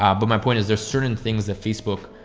ah but my point is there's certain things that facebook,